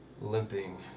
limping